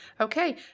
Okay